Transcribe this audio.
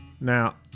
Now